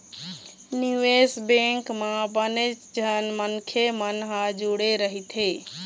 निवेश बेंक म बनेच झन मनखे मन ह जुड़े रहिथे